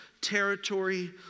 territory